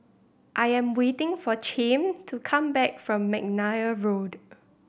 I am waiting for Chaim to come back from McNair Road